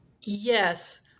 Yes